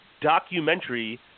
documentary